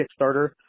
Kickstarter